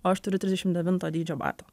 o aš turiu trisdešim devinto dydžio bato